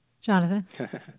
Jonathan